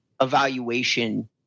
evaluation